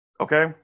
Okay